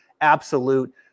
absolute